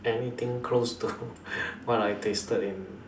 anything close to what I tasted in